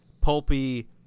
pulpy